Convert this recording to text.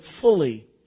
fully